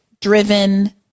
driven